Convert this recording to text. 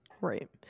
right